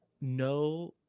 no